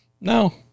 no